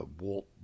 Walt